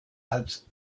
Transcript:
als